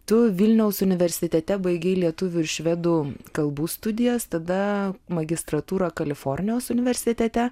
tu vilniaus universitete baigei lietuvių ir švedų kalbų studijas tada magistrantūrą kalifornijos universitete